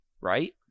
right